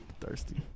Thirsty